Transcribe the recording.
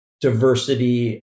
diversity